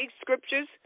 scriptures